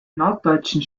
norddeutschen